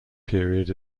period